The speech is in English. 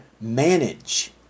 manage